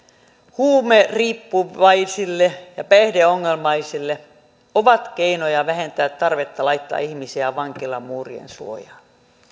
huumeriippuvaisille ja päihdeongelmaisille ovat keinoja vähentää tarvetta laittaa ihmisiä vankilan muurien suojaan